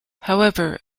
however